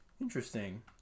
interesting